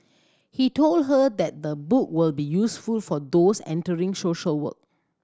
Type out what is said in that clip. he told her that the book will be useful for those entering social work